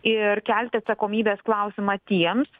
ir kelti atsakomybės klausimą tiems